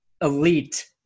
elite –